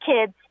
kids